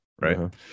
Right